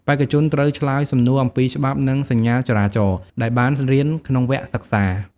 បេក្ខជនត្រូវឆ្លើយសំណួរអំពីច្បាប់ និងសញ្ញាចរាចរណ៍ ដែលបានរៀនក្នុងវគ្គសិក្សា។